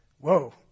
whoa